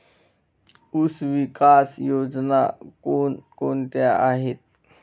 ऊसविकास योजना कोण कोणत्या आहेत?